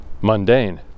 mundane